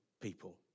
people